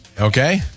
Okay